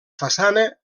façana